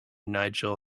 nigel